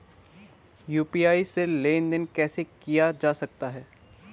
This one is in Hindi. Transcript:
यु.पी.आई से लेनदेन कैसे किया जा सकता है?